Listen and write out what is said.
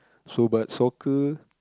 so but soccer